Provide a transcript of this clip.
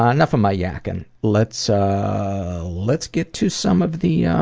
ah enough of my yacking, let's let's get to some of the yeah